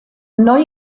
neu